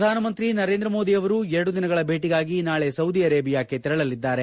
ಪ್ರಧಾನಮಂತ್ರಿ ನರೇಂದ್ರ ಮೋದಿ ಅವರು ಎರಡು ದಿನಗಳ ಭೇಟಿಗಾಗಿ ನಾಳೆ ಸೌದಿ ಅರೇಬಿಯಾಕ್ಷೆ ತೆರಳಲಿದ್ದಾರೆ